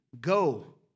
go